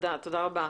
תודה רבה.